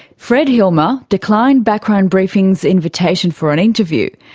fred hilmer declined background briefing's invitation for an interview,